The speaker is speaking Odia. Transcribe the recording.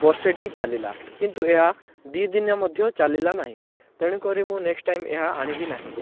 ବର୍ଷେଟି ଚାଲିଲା କିନ୍ତୁ ଏହା ମଧ୍ୟ ଚାଲିଲା ନାହିଁ ଦୁଇଦିନ ବି ଚାଲିଲା ନାହିଁ ତେଣୁ କରି ମୁଁ ଏହା ନେକ୍ସଟ୍ ଟାଇମ୍ ଏହା ଆଉ ଆଣିବି ନାହିଁ